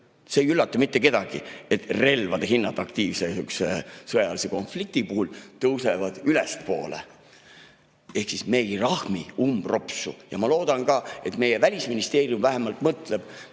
See ei üllata kedagi, et relvade hinnad aktiivse sõjalise konflikti puhul tõusevad ülespoole. Ehk siis me ei rahmi umbropsu. Ma loodan ka, et meie Välisministeerium vähemalt mõtleb,